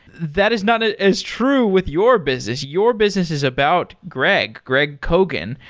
that is not ah as true with your business. your business is about greg, greg kogan.